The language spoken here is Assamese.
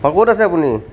অ ক'ত আছে আপুনি